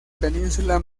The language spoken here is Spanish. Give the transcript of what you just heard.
península